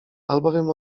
albowiem